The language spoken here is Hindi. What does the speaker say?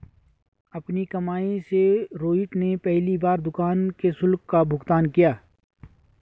अपनी कमाई से रोहित ने पहली बार दुकान के शुल्क का भुगतान किया